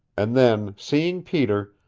and then, seeing peter,